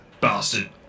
bastard